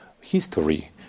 history